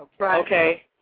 Okay